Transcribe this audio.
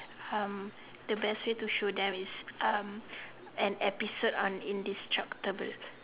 um the best way to show them is um an episode on indestructible